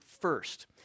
first